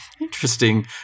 interesting